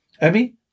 Abby